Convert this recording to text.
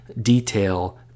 detail